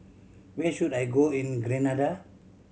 where should I go in Grenada